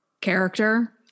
character